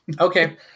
okay